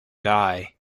die